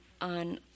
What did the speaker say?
on